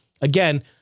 Again